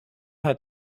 had